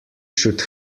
should